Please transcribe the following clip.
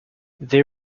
they